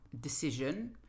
decision